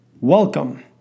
welcome